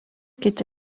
kiti